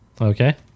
Okay